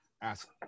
ask